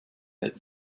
had